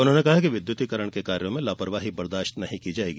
उन्होंने कहा है कि विद्युतीकरण के कार्यो में लापरवाही बर्दाश्त नहीं की जायेगी